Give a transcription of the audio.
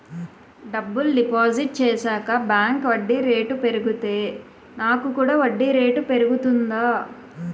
డబ్బులు డిపాజిట్ చేశాక బ్యాంక్ వడ్డీ రేటు పెరిగితే నాకు కూడా వడ్డీ రేటు పెరుగుతుందా?